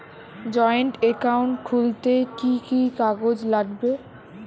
Joint account খুলতে কি কি কাগজ লাগবে?